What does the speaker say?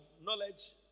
knowledge